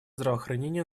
здравоохранения